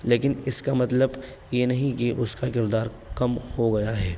لیکن اس کا مطلب یہ نہیں کہ اس کا کردار کم ہو گیا ہے